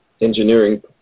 Engineering